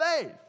faith